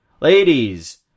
Ladies